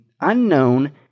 unknown